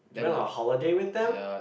you went on a holiday with them